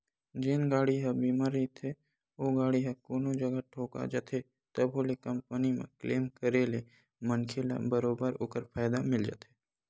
जेन गाड़ी ह बीमा रहिथे ओ गाड़ी ह कोनो जगा ठोका जाथे तभो ले कंपनी म क्लेम करे ले मनखे ल बरोबर ओखर फायदा मिल जाथे